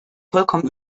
vollkommen